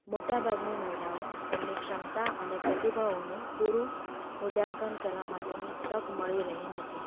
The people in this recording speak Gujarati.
મોટાભાગની મહિલાઓ તેમની ક્ષમતા અને પ્રતિભાઓનું પૂરું મૂલ્યાંકન કરવા માટેની તક મળી રહી નથી